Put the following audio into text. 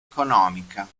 economica